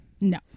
No